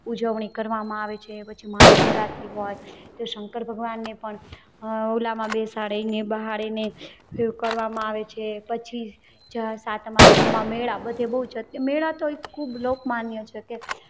ઉજવણી કરવામાં આવે છે પછી મહાશિવરાત્રી હોય તો શંકર ભગવાનને પણ ઓલામાં બેસાડે અને બહાર એને પેલું કરવામાં આવે છે પછી જે સાતમ આઠમમાં મેળા બધે બહુ જતે મેળા તો ખૂબ લોકમાન્ય છે કે